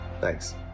thanks